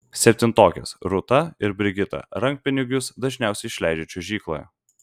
septintokės rūta ir brigita rankpinigius dažniausiai išleidžia čiuožykloje